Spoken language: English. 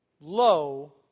low